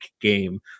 game